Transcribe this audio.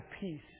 peace